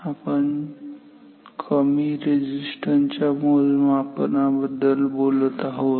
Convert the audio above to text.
तर आपण कमी रेझिस्टन्स मोजमापनाबद्दल बोलत आहोत